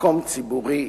"מקום ציבורי",